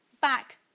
back